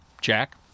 Jack